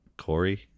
Corey